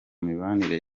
mibanire